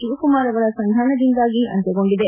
ಶಿವಕುಮಾರ್ ಅವರ ಸಂಧಾನದಿಂದಾಗಿ ಅಂತ್ಯಗೊಂಡಿದೆ